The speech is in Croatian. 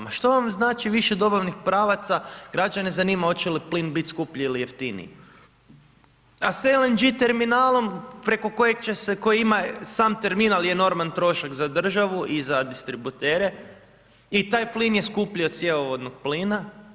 Ma što vam znači više dobavnih pravaca, građane zanima hoće li plin biti skuplji ili jeftiniji a sa LNG terminalom preko kojeg će se, koji ima, sam terminal je enorman trošak za državu i za distributere i taj plin je skuplji od cjevovodnog plina.